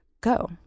go